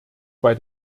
bei